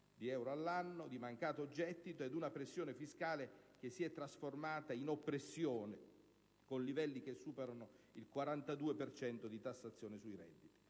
miliardi annui di mancato gettito ed una pressione fiscale che si è trasformata in oppressione, con livelli che superano il 42 per cento di tassazione sui redditi.